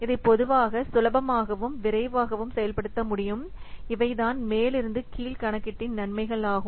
இதை பொதுவாக சுலபமாகவும் விரைவாகவும் செயல்படுத்த முடியும் இவைதான் மேலிருந்து கீழ் கணக்கீட்டின் நன்மைகள் ஆகும்